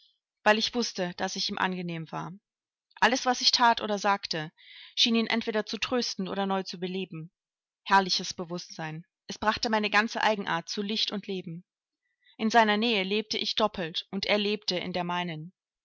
weil ich wußte daß ich ihm angenehm war alles was ich that oder sagte schien ihn entweder zu trösten oder neu zu beleben herrliches bewußtsein es brachte meine ganze eigenart zu licht und leben in seiner nähe lebte ich doppelt und er lebte in der meinen